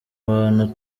abantu